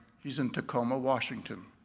he's in tacoma, washington.